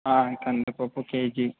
కందిపప్పు కేజీ